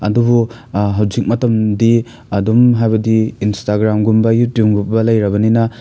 ꯑꯗꯨꯕꯨ ꯍꯧꯖꯤꯛ ꯃꯇꯝꯗꯤ ꯑꯗꯨꯝ ꯍꯥꯏꯕꯗꯤ ꯏꯟꯁꯇꯒ꯭ꯔꯥꯝꯒꯨꯝꯕ ꯌꯨꯇꯨꯞꯀꯨꯝꯕ ꯂꯩꯔꯕꯅꯤꯅ